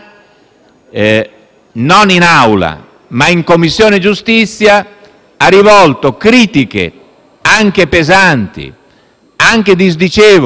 non in Aula ma in Commissione giustizia, ha rivolto critiche anche pesanti e disdicevoli,